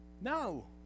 No